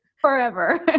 Forever